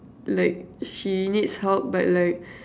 like she needs help but like